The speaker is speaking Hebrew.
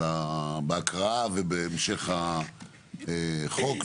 בהקראה ובהמשך החוק,